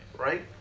Right